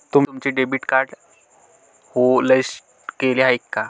तुम्ही तुमचे debit card hotlist केले आहे का?